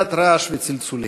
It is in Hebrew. נטולת רעש וצלצולים.